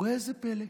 וראה זה פלא.